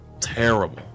terrible